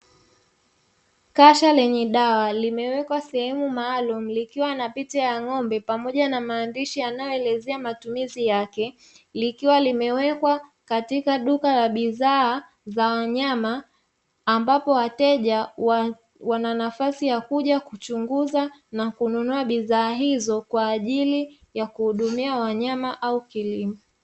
Kasha lenye dawa limewekwa sehemu maalumu likiwa na picha ya ng'ombe pamoja na maandishi yanayoelezea matumizi yake, likiwa limewekwa katika duka la bidhaa za wanyama ambapo wateja wananafasi ya kuja kuchunguza na kununua bidhaa hizo kwa ajili ya kuhudumia wanyama au kilimo.